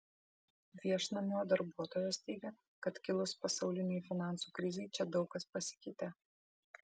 viešnamio darbuotojos teigia kad kilus pasaulinei finansų krizei čia daug kas pasikeitė